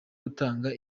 gutanga